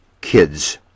kids